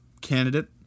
candidate